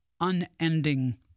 unending